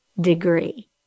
degree